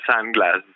sunglasses